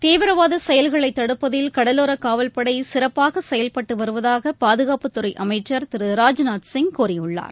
தீவிரவாத செயல்களை தடுப்பதில் கடலோர களவல் படை சிறப்பாக செயல்பட்டு வருவதாக பாதுகாப்புத்துறை அமைச்சர் திரு ராஜ்நாத்சிங் கூறியுள்ளார்